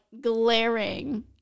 glaring